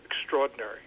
extraordinary